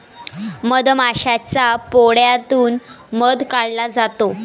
मधमाशाच्या पोळ्यातून मध काढला जातो